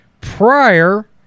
prior